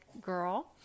girl